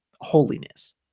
holiness